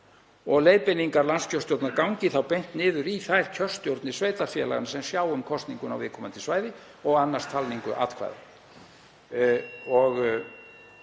og leiðbeiningar landskjörstjórnar gangi þá beint niður í þær kjörstjórnir sveitarfélaga sem sjá um kosninguna á viðkomandi svæði og annast talningu atkvæða.